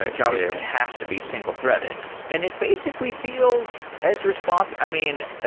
ah javascript has to be single threaded, and it basically feels as response i mean, ah